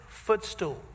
Footstool